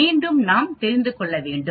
மீண்டும் நாம் தெரிந்து கொள்ள வேண்டும்